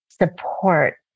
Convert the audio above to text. support